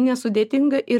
nesudėtinga ir